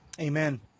Amen